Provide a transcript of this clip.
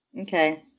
Okay